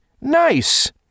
Nice